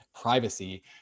privacy